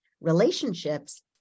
relationships